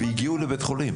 והגיעו לבית חולים.